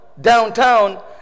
downtown